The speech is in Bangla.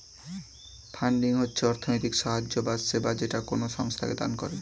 ফান্ডিং হচ্ছে অর্থনৈতিক সাহায্য বা সেবা যেটা কোনো সংস্থাকে দান করে